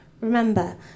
Remember